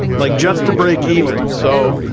like, just to break even, so,